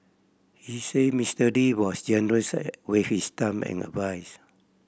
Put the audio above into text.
he said Mister Lee was generous with his time and advise